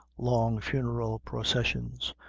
long funeral processions,